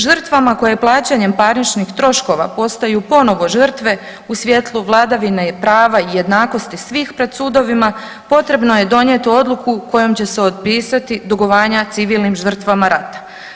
Žrtvama koje plaćanjem parničnih troškova postaju ponovo žrtve u svjetlu vladavine prava i jednakosti svih pred sudovima potrebno je donijeti odluku kojom će se otpisati dugovanja civilnim žrtvama rata.